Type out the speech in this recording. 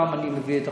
כפי שאמרתי,